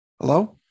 Hello